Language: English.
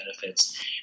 benefits